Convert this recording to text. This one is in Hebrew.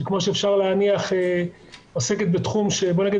שכמו שאפשר להניח עוסקת בתחום שבו נגיד,